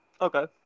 Okay